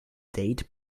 date